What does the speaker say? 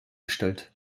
gestellt